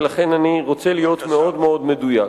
ולכן אני רוצה להיות מאוד מדויק.